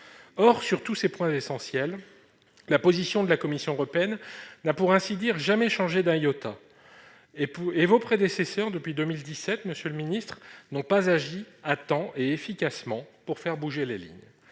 Or, sur tous ces points essentiels, la position de la Commission européenne n'a pour ainsi dire jamais changé d'un iota. Depuis 2017, vos prédécesseurs, monsieur le ministre, n'ont pas agi à temps et efficacement pour faire bouger les lignes.